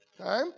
Okay